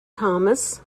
thomas